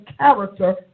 character